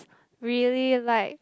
really like